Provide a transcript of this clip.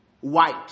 white